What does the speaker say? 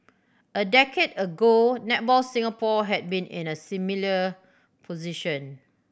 a decade ago Netball Singapore had been in a similar position